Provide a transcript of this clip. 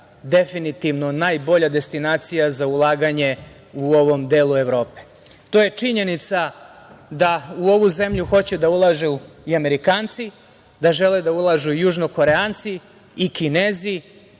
definitivno najbolja destinacija za ulaganje u ovom delu Evrope. To je činjenica da u ovu zemlju hoće da ulažu i Amerikanci, da žele da ulažu i Južno Koreanci i Kinezi